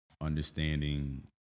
understanding